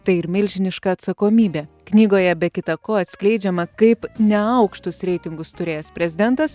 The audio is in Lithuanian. tai ir milžiniška atsakomybė knygoje be kita ko atskleidžiama kaip neaukštus reitingus turėjęs prezidentas